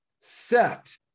set